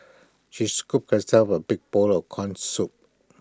she scooped herself A big bowl of Corn Soup